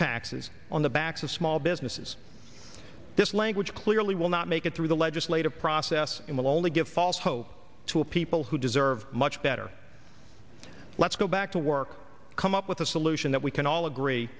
taxes on the backs of small businesses this language clearly will not make it through the legislative process and will only give false hope to a people who deserve much better let's go back to work come up with a solution that we can all agree